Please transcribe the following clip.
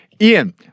Ian